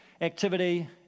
activity